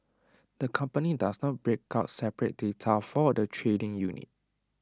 the company does not break out separate data for the trading unit